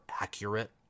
accurate